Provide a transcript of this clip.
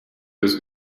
des